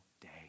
day